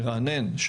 מרענן,